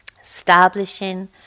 establishing